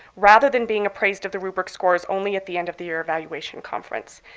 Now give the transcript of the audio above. rather than being appraised of the rubric scores only at the end of the year evaluation conference.